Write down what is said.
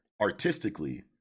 artistically